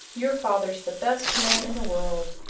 your father's the best man in the world.